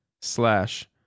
slash